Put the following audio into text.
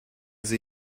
sie